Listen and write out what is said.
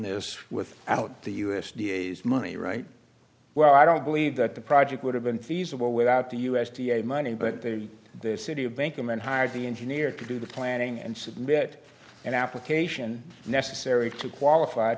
this with out the u s d a s money right well i don't believe that the project would have been feasible without the u s d a money but they the city of bank a man hired the engineer to do the planning and submit an application necessary to qualif